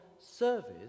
service